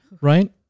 right